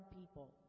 people